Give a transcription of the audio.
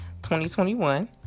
2021